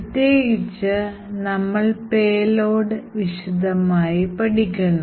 പ്രത്യേകിച്ച് നമ്മൾ payload വിശദമായി പഠിക്കാം